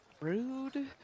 Rude